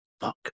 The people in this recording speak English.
fuck